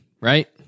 right